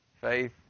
Faith